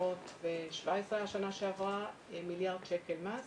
בשנה שעברה 317 מיליארד שקלים מס,